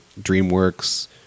dreamworks